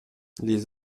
les